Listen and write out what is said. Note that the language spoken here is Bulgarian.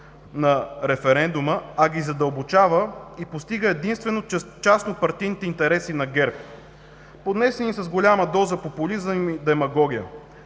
на референдума, а ги задълбочава и постига единствено частно партийните интереси на ГЕРБ, поднесени с голяма доза популизъм и демагогия.